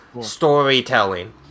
storytelling